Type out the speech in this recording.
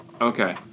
Okay